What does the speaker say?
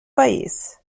país